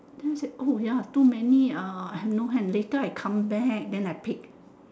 then I said oh ya too many ah I have no hand later I come back then I pick